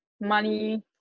money